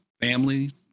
family